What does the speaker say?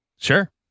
Sure